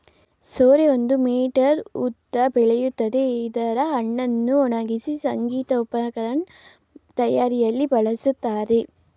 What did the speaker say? ಸೋರೆ ಒಂದು ಮೀಟರ್ಗಿಂತ ಉದ್ದ ಬೆಳಿತದೆ ಇದ್ರ ಹಣ್ಣನ್ನು ಒಣಗ್ಸಿ ಸಂಗೀತ ಉಪಕರಣದ್ ತಯಾರಿಯಲ್ಲಿ ಬಳಸ್ತಾರೆ